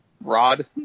rod